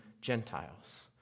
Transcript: Gentiles